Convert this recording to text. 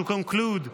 ‏To conclude,